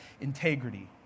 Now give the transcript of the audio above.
integrity